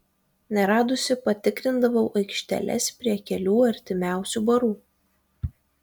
neradusi patikrindavau aikšteles prie kelių artimiausių barų